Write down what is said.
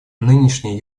нынешние